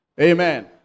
Amen